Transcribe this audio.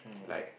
like